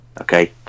Okay